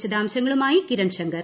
വിശദാംശങ്ങളുമായി കിരൺ ശങ്കർ